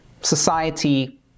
Society